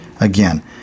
Again